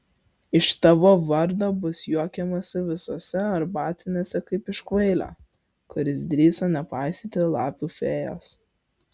iš tavo vardo bus juokiamasi visose arbatinėse kaip iš kvailio kuris drįso nepaisyti lapių fėjos